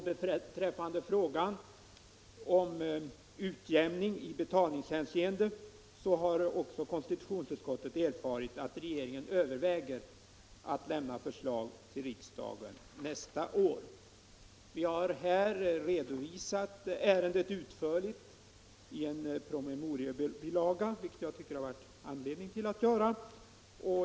Beträffande frågan om utjämning i betalningshänseende har konstitutionsutskottet erfarit att regeringen överväger att lämna förslag till riksdagen nästa år. Vi har utförligt redovisat ärendet i en promemoriebilaga, vilket jag tycker att det har funnits anledning att göra.